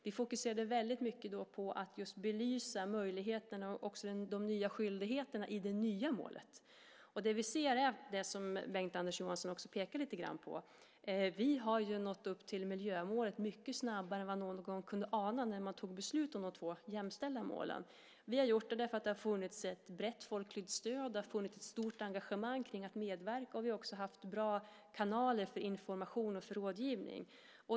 Vi fokuserade mycket på att belysa möjligheterna och de nya skyldigheterna i det nya målet. Det vi ser är det som Bengt-Anders Johansson pekade på, nämligen att vi har nått upp till miljömålet mycket snabbare än vad någon kunde ana när besluten om de två jämställda målen beslutades. Vi har gjort det eftersom det har funnits ett brett folkligt stöd, ett stort engagemang kring att medverka och att vi har haft bra kanaler för information och rådgivning.